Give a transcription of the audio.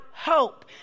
hope